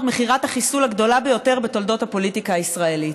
מכירת החיסול הגדולה ביותר בתולדות הפוליטיקה הישראלית,